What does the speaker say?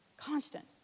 Constant